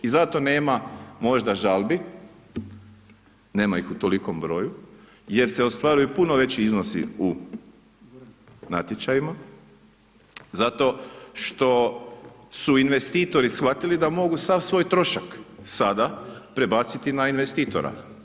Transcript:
I zato nema možda žalbi, nema ih u tolikom broju jer se ostvaruju puno veći iznosi u natječajima zato što su investitori shvatili da mogu sav svoj trošak sada prebaciti na investitora.